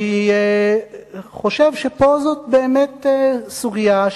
אני חושב שזאת באמת סוגיה,